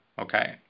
Okay